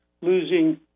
losing